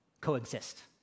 coexist